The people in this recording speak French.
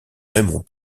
raymond